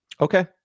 okay